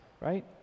right